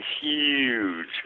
huge